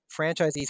franchisees